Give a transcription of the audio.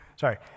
sorry